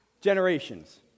generations